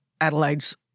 Adelaide's